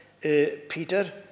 Peter